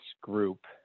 group